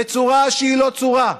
בצורה שהיא לא צורה,